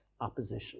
opposition